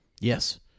Yes